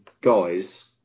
guys